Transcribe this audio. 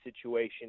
situation